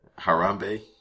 Harambe